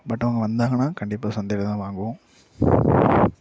but அவங்க வந்தாங்கன்னா கண்டிப்பாக சந்தையில் தான் வாங்குவோம்